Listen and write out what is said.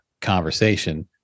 conversation